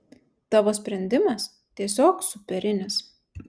tavo sprendimas tiesiog superinis